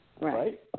right